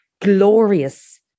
glorious